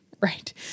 right